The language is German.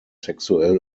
sexuell